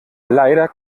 leider